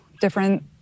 different